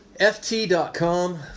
ft.com